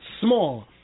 Small